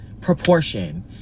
proportion